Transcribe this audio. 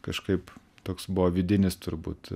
kažkaip toks buvo vidinis turbūt